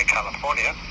California